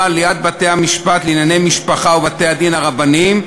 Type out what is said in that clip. ליד בתי-המשפט לענייני משפחה ובתי-הדין הרבניים,